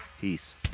Peace